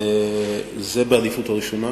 זה בעדיפות הראשונה.